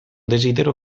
desidero